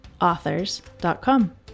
authors.com